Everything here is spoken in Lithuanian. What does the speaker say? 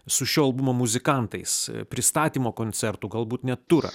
su šio albumo muzikantais pristatymo koncertų galbūt net turą